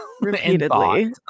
repeatedly